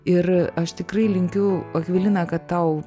ir aš tikrai linkiu akvilina kad tau